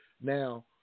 now